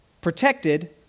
protected